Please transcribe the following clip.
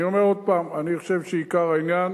אני אומר עוד פעם, אני חושב שעיקר העניין